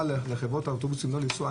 ההוראה לחברות האוטובוסים לא לנסוע.